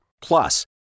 Plus